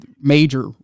major